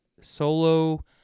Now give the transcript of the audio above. Solo